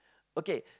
okay